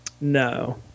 No